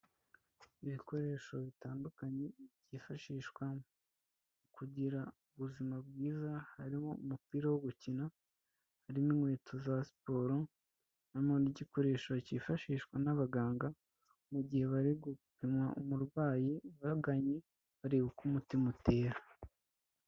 Ibikoresho bitandukanye byifashishwa mu kugira ubuzima bwiza. Harimo umupira wo gukina, harimo inkweto za siporo, harimo n'igikoresho cyifashishwa n'abaganga mu gihe bari gupima umurwayi baganye bareba uko umutima utera.